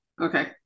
Okay